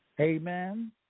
Amen